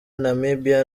namibia